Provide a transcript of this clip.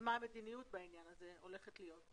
מה המדיניות בעניין הזה הולכת להיות?